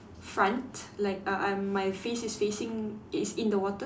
front like uh I'm my face is facing is in the water